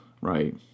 right